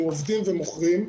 אנחנו עובדים ומוכרים,